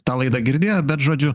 tą laidą girdėjo bet žodžiu